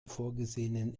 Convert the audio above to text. vorgesehenen